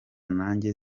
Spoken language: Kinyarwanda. nanjye